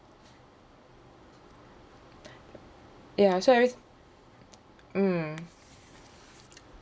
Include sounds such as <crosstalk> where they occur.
<breath> ya so I mm